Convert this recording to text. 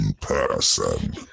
Person